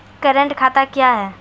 Current खाता क्या हैं?